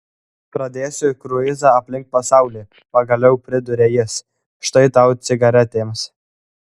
pradėsiu kruizą aplink pasaulį pagaliau pridūrė jis štai tau cigaretėms